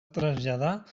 traslladar